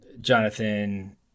Jonathan